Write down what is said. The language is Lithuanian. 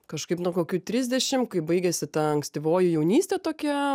kažkaip nuo kokių trisdešimt kaip baigėsi ta ankstyvoji jaunystė tokia